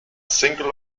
single